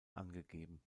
angegeben